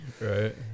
Right